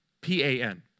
P-A-N